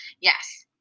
Yes